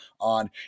on